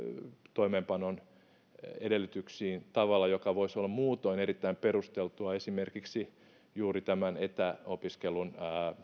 toimeenpanon edellytyksiin tavalla joka voisi olla muutoin erittäin perusteltua esimerkiksi juuri tämän etäopiskelun